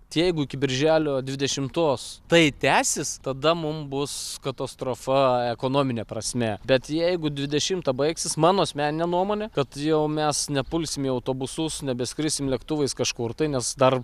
jeigu iki birželio dvidešimtos tai tęsis tada mum bus katastrofa ekonomine prasme bet jeigu dvidešimtą baigsis mano asmenine nuomone kad jau mes nepulsim į autobusus nebeskrisim lėktuvais kažkur tai nes dar